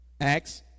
Acts